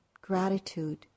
Gratitude